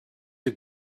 you